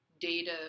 data